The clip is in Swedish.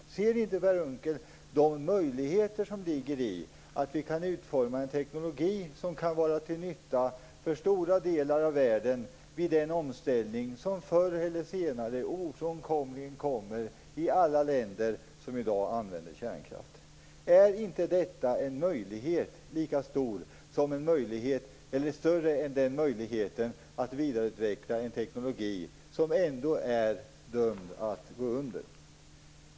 Ser inte Per Unckel de möjligheter som ligger i att vi kan utforma en teknologi som kan vara till nytta för stora delar av världen vid den omställning som förr eller senare ofrånkomligen kommer i alla länder som i dag använder kärnkraft? Är inte detta en möjlighet som är större än möjligheten att vidareutveckla en teknologi som ändå är dömd att gå under?